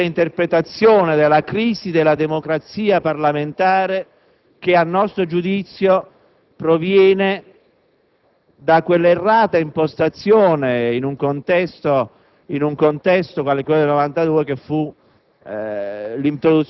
che danno una precisa interpretazione della crisi della democrazia parlamentare che, a nostro giudizio, proviene da quell'errata impostazione, in un contesto quale quello del 1992, che fu